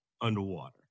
underwater